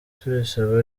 tubisaba